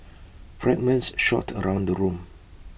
fragments shot around the room